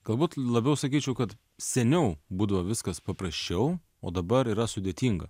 galbūt labiau sakyčiau kad seniau būdavo viskas paprasčiau o dabar yra sudėtinga